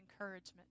encouragement